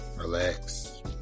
relax